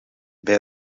bij